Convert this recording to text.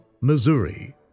Missouri